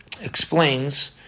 explains